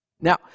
Now